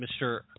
Mr